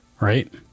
Right